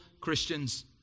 Christians